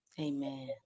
Amen